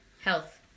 Health